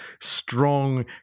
strong